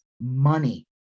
money